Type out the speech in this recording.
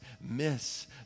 miss